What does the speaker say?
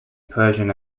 persian